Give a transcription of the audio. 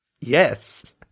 Yes